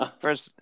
first